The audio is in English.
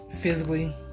physically